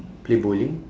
play bowling